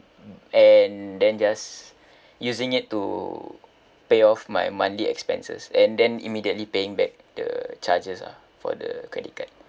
and then just using it to pay off my monthly expenses and then immediately paying back the charges ah for the credit card